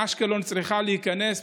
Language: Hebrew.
אשקלון צריכה להיכנס,